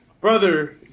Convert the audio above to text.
Brother